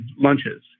lunches